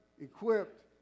equipped